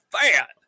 fat